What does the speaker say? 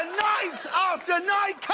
night ah after night,